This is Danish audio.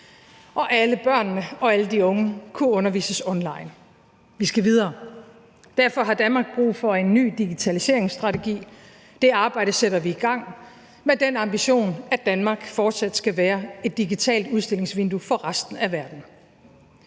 og alle børnene og alle de unge kunne undervises online. Vi skal videre, og derfor har Danmark brug for en ny digitaliseringsstrategi. Det arbejde sætter vi i gang med den ambition, at Danmark fortsat skal være et digitalt udstillingsvindue for resten af verden.